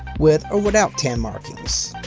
with or without tan markings.